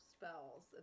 spells